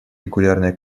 регулярные